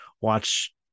watch